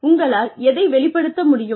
உங்களால் எதை வெளிப்படுத்த முடியும்